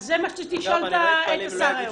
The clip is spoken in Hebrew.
זה מה שרציתי לשאול את השר היום.